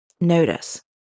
notice